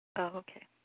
Okay